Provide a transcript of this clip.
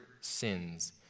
sins